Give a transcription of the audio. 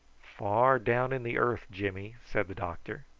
far down in the earth, jimmy, said the doctor.